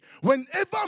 whenever